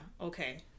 okay